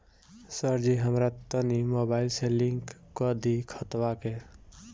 सरजी हमरा तनी मोबाइल से लिंक कदी खतबा के